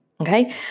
Okay